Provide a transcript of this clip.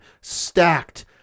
stacked